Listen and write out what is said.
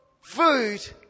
food